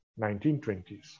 1920s